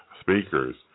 speakers